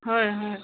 হয় হয়